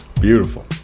Beautiful